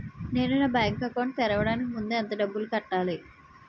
నేను నా bank account తెరవడానికి ముందు ఎంత డబ్బులు కట్టాలి?